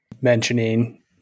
mentioning